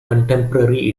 contemporary